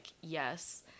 yes